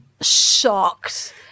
shocked